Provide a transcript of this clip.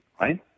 right